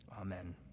Amen